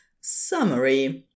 Summary